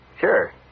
Sure